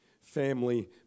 family